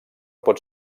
pot